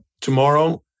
tomorrow